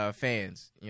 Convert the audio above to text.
fans